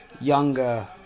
younger